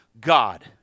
God